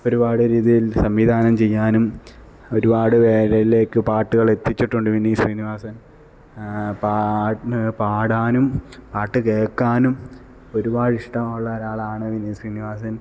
ഒരുപാട് രീതിയില് സംവിധാനം ചെയ്യാനും ഒരുപാട് പേരിലേക്ക് പാട്ടുകള് എത്തിച്ചിട്ടുണ്ട് വിനീത് ശ്രീനിവാസന് പാട്ട് പാടാനും പാട്ട് കേൾക്കാനും ഒരുപാട് ഇഷ്ടമുള്ള ഒരാളാണ് വിനീത് ശ്രീനിവാസന്